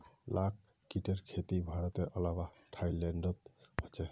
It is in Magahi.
लाख कीटेर खेती भारतेर अलावा थाईलैंडतो ह छेक